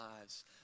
lives